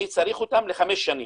אני צריך אותם לחמש שנים,